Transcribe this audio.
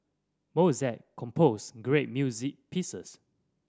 Mozart composed great music pieces